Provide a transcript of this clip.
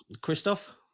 Christoph